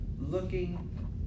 looking